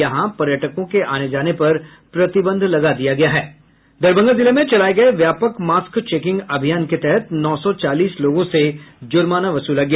यहां पर्यटकों के आने जाने पर प्रतिबंध लगा दिया गया है दरभंगा जिले में चलाये गये व्यापक मास्क चेकिंग अभियान के तहत नौ सौ चालीस लोगों से जुर्माना वसूला गया